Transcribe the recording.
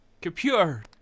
Computer